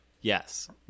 Yes